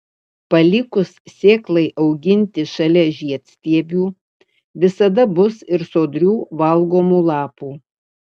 palikus sėklai auginti šalia žiedstiebių visada bus ir sodrių valgomų lapų